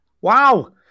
wow